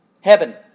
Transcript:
Heaven